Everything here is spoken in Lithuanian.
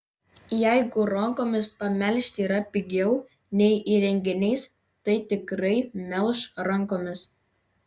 jeigu rankomis pamelžti yra pigiau nei įrenginiais tai tikrai melš rankomis